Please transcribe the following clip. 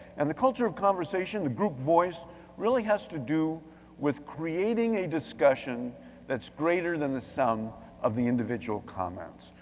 and the culture of conversation, the group voice really has to do with creating a discussion that's greater than the sum of the individual comments.